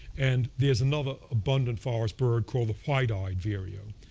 and there's another abundant forest bird called the white-eyed vireo.